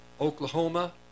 Oklahoma